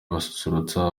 bazasusurutsa